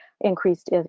increased